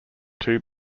two